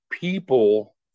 people